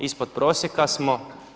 Ispod prosjeka smo.